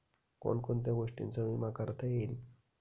कोण कोणत्या गोष्टींचा विमा करता येईल?